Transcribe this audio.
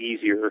easier